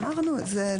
אמרנו את זה.